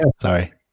sorry